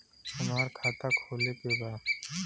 हमार खाता खोले के बा?